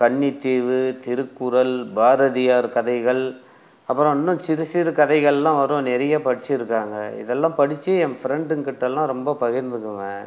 கன்னித்தீவு திருக்குறள் பாரதியார் கதைகள் அப்புறம் இன்னும் சிறு சிறு கதைகள்லாம் வரும் நிறைய படிச்சிருக்கேங்க இதெல்லாம் படிச்சு ஏன் ஃப்ரெண்டுங்கிட்டலாம் ரொம்ப பகிர்ந்துக்குவேன்